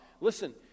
Listen